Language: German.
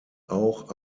auch